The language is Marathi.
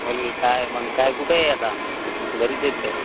बोल की काय मग काय कुठे आहे आता घरीच आहेत काय